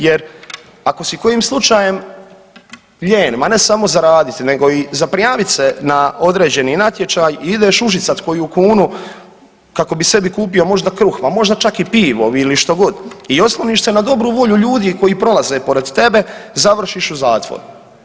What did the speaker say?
Jer ako si kojim slučajem lijen, ma ne samo za radit nego i za prijavit se na određeni natječaj i ideš užicati koju kunu kako bi sebi kupio možda kruh, ma možda čak i pivo, što god i osloniš se na dobru volju ljudi koji prolaze iza tebe završiš u zatvoru.